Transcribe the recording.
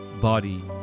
body